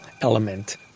element